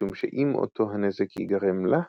משום שאם אותו הנזק ייגרם לה,